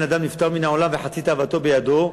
"אין אדם נפטר מן העולם וחצי תאוותו בידו".